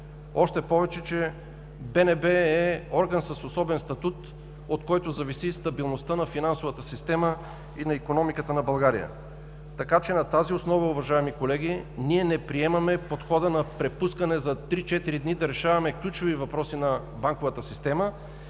Още повече че БНБ е орган с особен статут, от който зависи стабилността на финансовата система и на икономиката на България. На тази основа, уважаеми колеги, ние не приемаме подхода на препускане, за три-четири дни да решаваме ключови въпроси на банковата система,